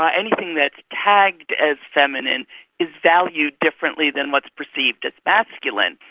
ah anything that's tagged as feminine is valued differently than what's perceived as masculine.